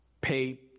pay